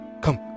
come